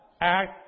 act